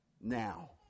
Now